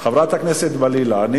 חברת הכנסת רוחמה אברהם-בלילא.